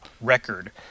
record